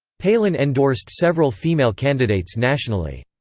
palin endorsed several female candidates nationally.